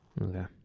Okay